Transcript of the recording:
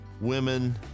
women